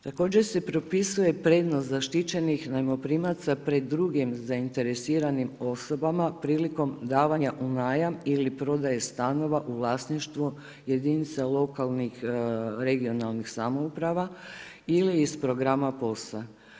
Također se propisuje prednost zaštićenih zajmoprimaca pred drugim zainteresiranim osobama prilikom davanja u najam ili prodaje stanova u vlasništvo jedinica lokalnih regionalnih samouprava ili iz programa POS-a.